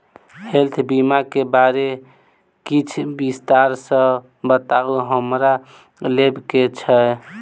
Health बीमा केँ बारे किछ विस्तार सऽ बताउ हमरा लेबऽ केँ छयः?